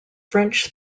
french